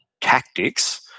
tactics